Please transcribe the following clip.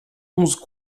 onze